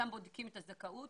שם בודקים את הזכאות,